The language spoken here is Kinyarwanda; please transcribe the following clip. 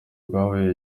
rwabaye